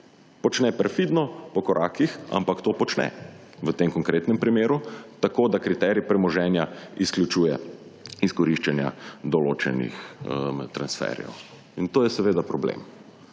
Počne perfidno, po korakih, ampak to počne, v tem konkretnem primeru tako, da kriterij premoženja izključuje izkoriščenja določenih transferjev in to je seveda problem.